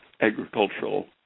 agricultural